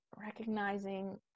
recognizing